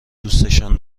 دوستشان